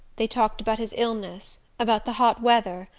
they talked about his illness, about the hot weather,